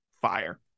fire